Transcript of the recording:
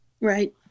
Right